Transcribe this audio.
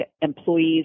employees